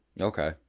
Okay